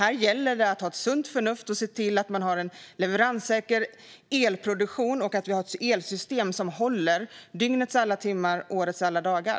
Här gäller det att ha sunt förnuft och se till att vi har en leveranssäker elproduktion och ett elsystem som håller dygnets alla timmar och årets alla dagar.